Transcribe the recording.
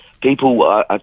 people